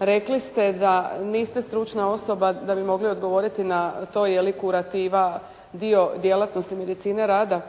rekli ste da niste stručna osoba da bi mogli odgovoriti na to je li kurativa dio djelatnosti medicine rada.